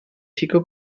chico